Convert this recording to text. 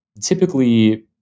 Typically